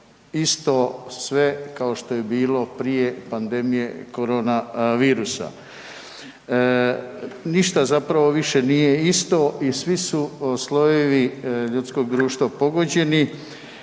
isto sve kao što je bilo prije pandemije koronavirusa. Ništa zapravo više nije isto i svi su slojevi ljudskog društva pogođeni